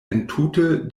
entute